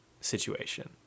situation